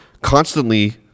constantly